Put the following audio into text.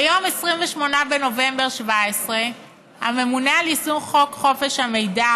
ביום 28 בנובמבר 2017 הממונה על יישום חוק חופש המידע